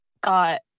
got